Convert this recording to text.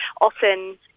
often